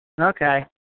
Okay